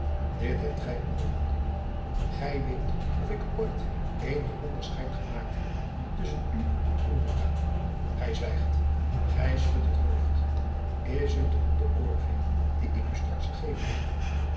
dit hebt gij ondervonden gij weet of ik ooit eenig onderscheid gemaakt heb tusschen u en ulrica gij zwijgt gij schudt het hoofd is het om den oorveeg dien ik u straks gegeven heb